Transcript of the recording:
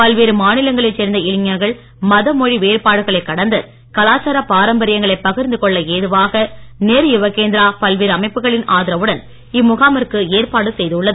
பல்வேறு மாநிலங்களைச் சேர்ந்த இளைஞர்கள் மத மொழி வேறுபாடுகளைக் கடந்து கலாச்சாரப் பாரம்பரியங்களை பகிர்ந்து கொள்ள ஏதுவாக நேரு யுவக் கேந்திரா பல்வேறு அமைப்புகளின் ஆதரவுடன் இம்முகாமிற்கு ஏற்பாடு செய்துள்ளது